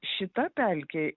šita pelkė